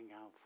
out